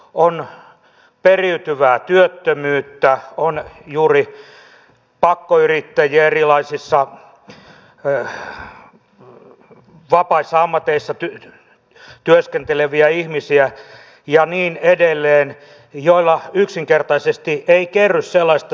on periytyvää työttömyyttä on juuri pakkoyrittäjiä erilaisissa vapaissa ammateissa työskenteleviä ihmisiä ja niin edelleen joilla yksinkertaisesti ei kerry sellaista summaa